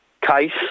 case